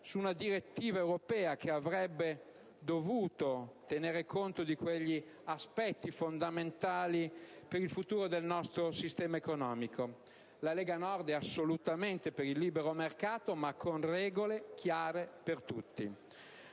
su una direttiva europea che avrebbe dovuto tenere conto di quegli aspetti fondamentali per il futuro del nostro sistema economico. La Lega Nord è assolutamente a favore del libero mercato, ma con regole chiare per tutti.